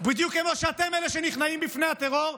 בדיוק כמו שאתם אלה שנכנעים בפני הטרור,